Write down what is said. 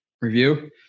review